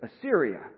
Assyria